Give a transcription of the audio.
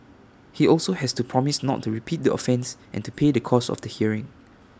he also has to promise not to repeat the offence and to pay the cost of the hearing